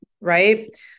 right